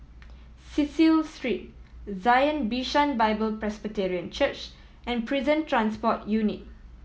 Cecil Street Zion Bishan Bible Presbyterian Church and Prison Transport Unit